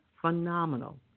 phenomenal